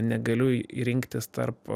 negaliu rinktis tarp